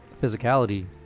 physicality